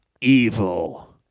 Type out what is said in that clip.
evil